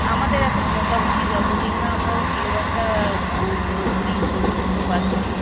আমাদের এখন মোটামুটি যত দিন না আমরা ওই সিলেবাসটা ওই পুরোপুরি শেষ করতে পারছি